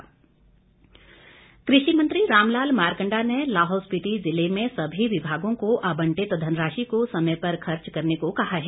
मारकंडा कृषि मंत्री रामलाल मारकंडा ने लाहौल स्पीति जिले में सभी विभागों को आबंटित धनराशि को समय पर खर्च करने को कहा है